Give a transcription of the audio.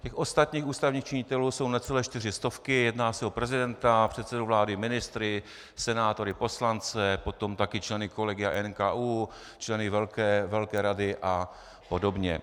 Těch ostatních ústavních činitelů jsou necelé čtyři stovky, jedná se o prezidenta, předsedu vlády, ministry, senátory, poslance, potom také členy kolegia NKÚ, členy velké rady a podobně.